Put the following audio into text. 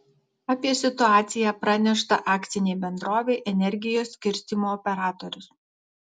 apie situaciją pranešta akcinei bendrovei energijos skirstymo operatorius